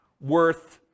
worth